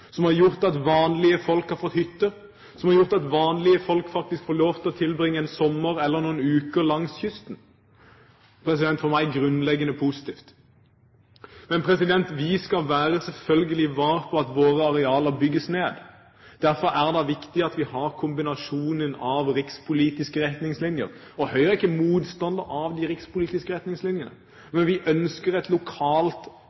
som har gjort at vanlige folk har fått hytter, som har gjort at vanlige folk faktisk får lov til å tilbringe en sommer eller noen uker langs kysten. For meg er det grunnleggende positivt. Men vi skal selvfølgelig være vare med tanke på at våre arealer bygges ned. Derfor er det viktig at vi har kombinasjonen av rikspolitiske retningslinjer. Høyre er ikke motstander av de rikspolitiske retningslinjene,